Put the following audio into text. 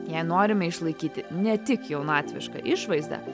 jei norime išlaikyti ne tik jaunatvišką išvaizdą